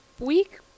week